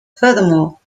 furthermore